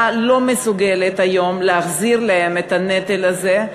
לא מסוגלת היום להחזיר להם את הנטל הזה,